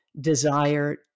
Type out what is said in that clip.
desire